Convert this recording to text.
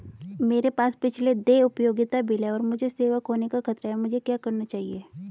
मेरे पास पिछले देय उपयोगिता बिल हैं और मुझे सेवा खोने का खतरा है मुझे क्या करना चाहिए?